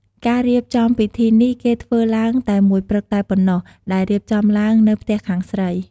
ការរៀបចំពិធីនេះគេធ្វើឡើងតែមួយព្រឹកតែប៉ុណ្ណោះដែលរៀបចំឡើងនៅផ្ទះខាងស្រី។